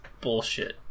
bullshit